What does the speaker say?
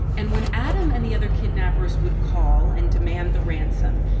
and when adam and the other kidnappers would call and demand the ransom,